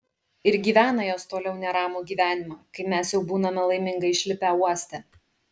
ir gyvena jos toliau neramų gyvenimą kai mes jau būname laimingai išlipę uoste